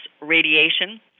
radiation